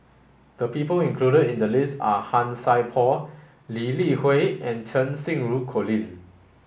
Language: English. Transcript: the people included in the list are Han Sai Por Lee Li Hui and Cheng Xinru Colin